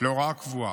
להוראה קבועה.